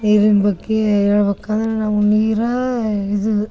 ನೀರಿನ ಬಗ್ಗೆ ಹೇಳ್ಬೇಕ್ ಅಂದ್ರೆ ನಮ್ಗೆ ನೀರೇ ಇದು